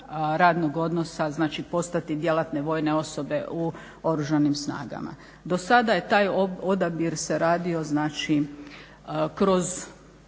radnog odnosa znači postati djelatne vojne osobe u oružanim snagama. Do sada je taj odabir se radio znači kroz